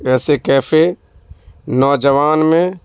اییسے cafe نوجوان میں